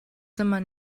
zimmer